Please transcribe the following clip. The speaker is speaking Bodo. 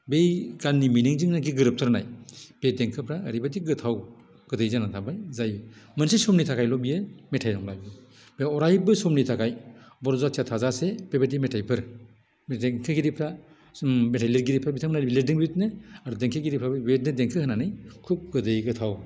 बै गाननि मिनिंजों निकि गोरोबथारनाय बे देंखोफ्रा ओरैबायदि गोथाव गोदै जानानै थाबाय जाय मोनसे समनि थाखायल' बियो मेथाइ नंला बियो बे अरायबो समनि थाखाय बर' जातिया थाजासे बेबायदि मेथाइफोर बे देंखोगिरिफ्रा मेथाइ लिरगिरिफ्रा बिथांमोना लिरदों बिदिनो आरो देंखोगिरिफोराबो बेबायदिनो देंखो होनानै खुब गोदै गोथाव